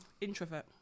introvert